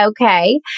Okay